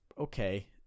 okay